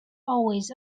always